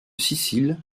sicile